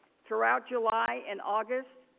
throughout july and august,